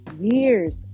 years